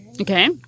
Okay